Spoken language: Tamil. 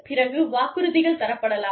பிறகு வாக்குறுதிகள் தரப்படலாம்